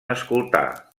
escoltar